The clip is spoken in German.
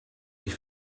ich